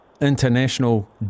international